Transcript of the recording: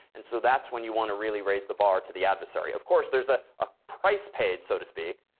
and so that's when you want to really raise the bar to the adversary. of course, there's a ah price paid, so to speak.